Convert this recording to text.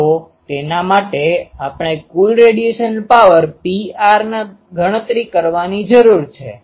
તો તેના માટે આપણે કુલ રેડીએશન પાવર pr ની ગણતરી કરવાની જરૂર છે